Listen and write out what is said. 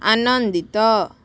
ଆନନ୍ଦିତ